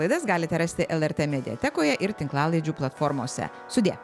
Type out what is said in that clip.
laidas galite rasti lrt mediatekoje ir tinklalaidžių platformose sudie